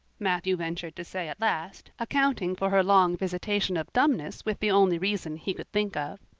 matthew ventured to say at last, accounting for her long visitation of dumbness with the only reason he could think of.